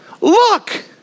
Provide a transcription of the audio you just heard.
Look